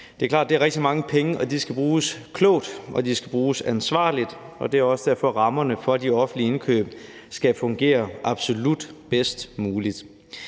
Det er klart, at det er rigtig mange penge. De skal bruges klogt, og de skal bruges ansvarligt. Det er også derfor, at rammerne for de offentlige indkøb skal fungere absolut bedst muligt.